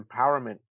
empowerment